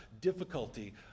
difficulty